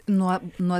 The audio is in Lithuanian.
nuo nuo